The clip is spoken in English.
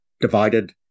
divided